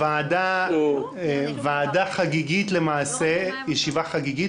ועדה חגיגית למעשה, ישיבה חגיגית